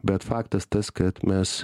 bet faktas tas kad mes